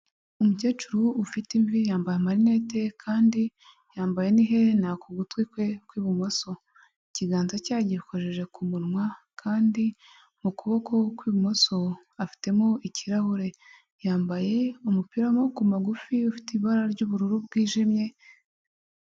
Umukecuru ufite imvi yambaye amarinete kandi yambaye n'iherena ku gutwi kwe kw'ibumoso, ikiganza ke yagikojeje ku munwa kandi mu kuboko kw'ibumoso afitemo ikirahure, yambaye umupira w'amaboko magufi ufite ibara ry'ubururu bwijimye.